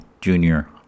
junior